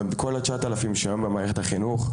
כל 9,000 שהיום במערכת החינוך,